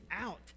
out